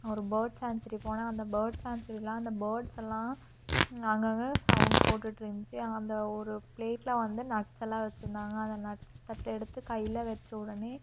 ஒரு birds sanctuary போனேன் அந்த பேர்ட்ஸ் சான்ச்சுரியில் அந்த பேர்ட்ஸ் எல்லாம் அங்கேங்க சௌண்ட் போட்டுட்டு இருந்துச்சு அந்த ஒரு பிளேட்டில் வந்து நட்ஸ் எல்லாம் வச்சிருந்தாங்க அந்த நட்ஸ் தட்டை எடுத்து கையில் வச்ச உடனே